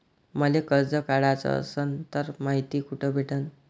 मले कर्ज काढाच असनं तर मायती कुठ भेटनं?